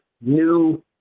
new